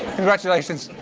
congratulations.